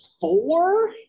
four